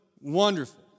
wonderful